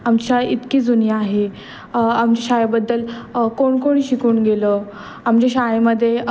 आमची शाळा इतकी जुनी आहे आमच्या शाळेबद्दल कोण कोण शिकून गेलं आमच्या शाळेमध्ये